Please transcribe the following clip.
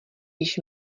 již